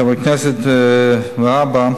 חבר הכנסת והבה,